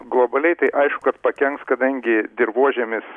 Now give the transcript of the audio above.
globaliai tai aišku kad pakenks kadangi dirvožemis